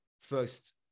first